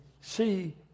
see